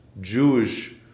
Jewish